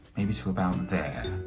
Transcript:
maybe to about there.